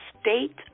state